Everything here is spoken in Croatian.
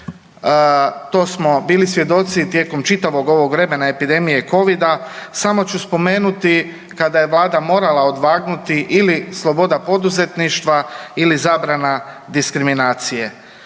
to smo bili svjedoci tijekom čitavog ovog vremena epidemije Covida. Samo ću spomenuti kada je Vlada morala odvagnuti ili sloboda poduzetništva ili zabrana diskriminacije,